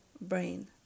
brain